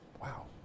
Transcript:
Wow